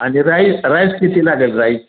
आणि rice rice किती लागेल राईस